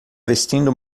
vestindo